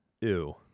Ew